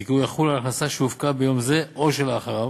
וכי הוא יחול על הכנסה שהופקה ביום זה או לאחריו.